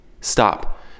Stop